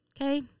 okay